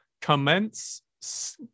Commence